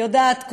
אני יודעת,